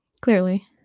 clearly